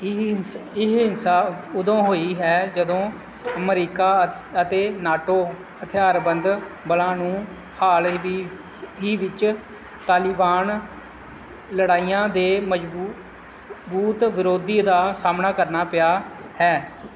ਇਹ ਹਿ ਇਹ ਹਿੰਸਾ ਉਦੋਂ ਹੋਈ ਹੈ ਜਦੋਂ ਅਮਰੀਕਾ ਅਤੇ ਨਾਟੋ ਹਥਿਆਰਬੰਦ ਬਲਾਂ ਨੂੰ ਹਾਲ ਹੀ ਵਿੱ ਹੀ ਵਿੱਚ ਤਾਲਿਬਾਨ ਲੜਾਈਆਂ ਦੇ ਮਜ਼ਬੂਤ ਵਿਰੋਧੀ ਦਾ ਸਾਹਮਣਾ ਕਰਨਾ ਪਿਆ ਹੈ